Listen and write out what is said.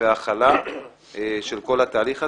וההכלה של כל התהליך הזה,